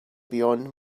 beyond